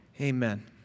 amen